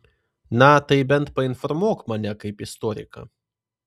na tai bent painformuok mane kaip istoriką